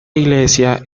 iglesia